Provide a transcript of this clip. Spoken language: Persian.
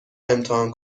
امتحان